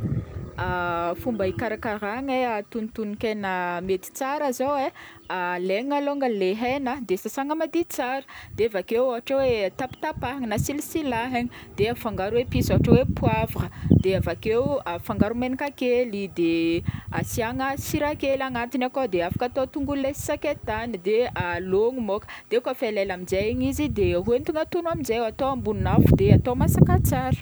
Fomba hikarakaragna e tonotononkegna mety tsara zao e, alaina longany le hena de sasana madio tsara de avake ôatra hoe tapitapahina na silisilahana de afangaro epice ôhatra hoe poivre de avakeo afangaro menaka kely de asiagna sira kely agnatiny akao de afaka atao tongolo le sy sakaitany de alogno môko de kaofa elaela igny amze de atao ambony afo de atao masaka tsara.